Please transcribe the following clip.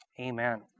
amen